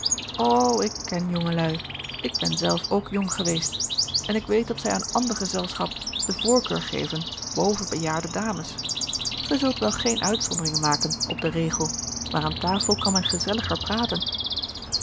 ik ken jongelui ik ben zelf ook jong geweest en ik weet dat zij aan ander gezelschap de voorkeur geven boven bejaarde dames gij zult wel geen uitzondering maken op den regel maar aan tafel kan men gezelliger praten